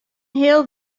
heal